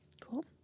Cool